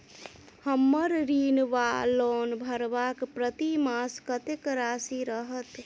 हम्मर ऋण वा लोन भरबाक प्रतिमास कत्तेक राशि रहत?